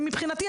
ומבחינתי,